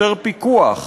יותר פיקוח,